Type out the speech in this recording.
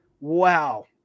wow